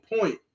point